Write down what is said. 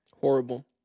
Horrible